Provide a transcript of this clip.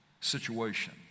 situation